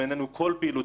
כל פעילות של חת"ל,